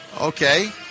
Okay